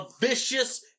vicious